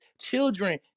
children